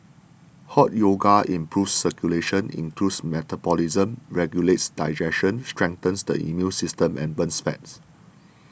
Hot Yoga improves circulation increases metabolism regulates digestion strengthens the immune system and burns fat